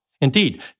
Indeed